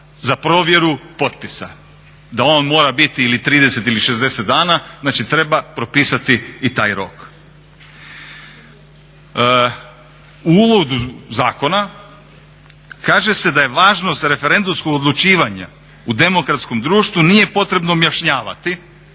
za provjeru potpisa, da on mora biti ili 30 ili 60 dana, znači treba propisati i taj rok. U uvodu zakona kaže se da je važno za referendumsko odlučivanje u demokratskom društvu nije potrebno objašnjavati